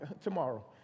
tomorrow